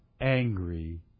angry